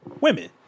Women